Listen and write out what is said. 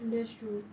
and that's true